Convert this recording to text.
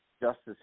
Justice